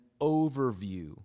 overview